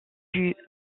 vue